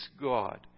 God